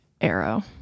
arrow